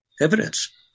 evidence